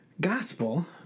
gospel